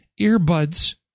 earbuds